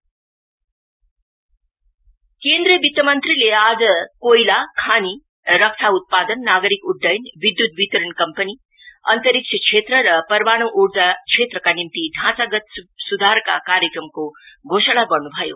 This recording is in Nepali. फाइनेन्स मिनिस्टर केन्द्रीय वित मन्त्रीले आज कोइला खानी रक्षा उत्पादन नागरिक उड्डयन विध्त वितरण कम्पनी अन्तरीक्ष क्षेत्र र परमाण् उर्जा क्षेत्रका निम्ति ढाँचागत सुधारका कार्यक्रमको घोषणा गर्न् भयो